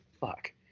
fuck